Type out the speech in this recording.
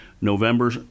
November